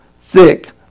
thick